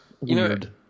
weird